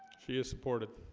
she is supported